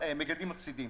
והמגדלים מפסידים.